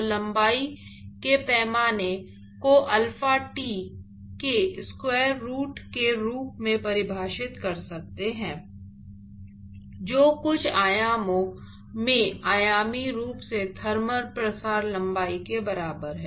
तो लंबाई के पैमाने को अल्फा T के स्क्वायर रूट के रूप में परिभाषित कर सकते है जो कुछ अर्थों में आयामी रूप से थर्मल प्रसार लंबाई के बराबर है